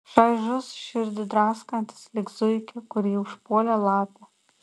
šaižus širdį draskantis lyg zuikio kurį užpuolė lapė